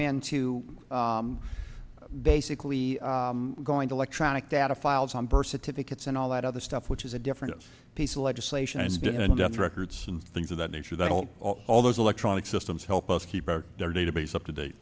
into basically going to electronic data files on birth certificates and all that other stuff which is a different piece of legislation and death records and things of that nature don't all those electronic systems help us keep their database up to date